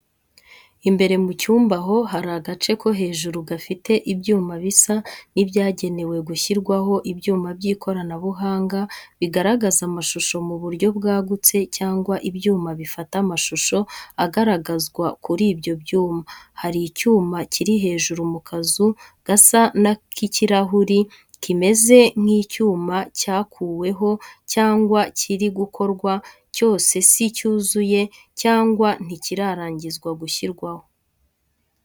Imbere mu cyumba aho hari agace ko hejuru gafite ibyuma bisa n’ibyagenewe gushyirwaho ibyuma by'ikoranabuhanga, bigaragaza amashusho mu buryo bwagutse cyangwa ibyuma bifata amashusho agaragazwa kuri ibyo byuma. Hari icyuma kiri hejuru mu kazu gasa n’ak'ikirahure kimeze nk'icyuma cyakuweho cyangwa kiri gukorwa cyose si cyuzuye cyangwa ntikirangizwa gushyirwaho.